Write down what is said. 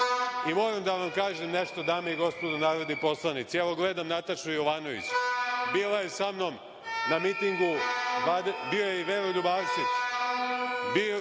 živeli. Moram da vam kažem nešto, dame i gospodo narodni poslanici, evo gledam Natašu Jovanović, bila je sa mnom na mitingu, bio je i Veroljub Arsić,